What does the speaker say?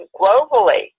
globally